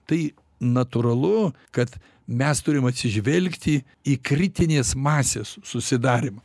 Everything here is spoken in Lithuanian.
tai natūralu kad mes turim atsižvelgti į kritinės masės susidarymą